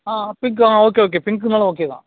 ஆ pink okay okay பிங்க்குன்னாலும் okay தான்